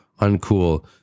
uncool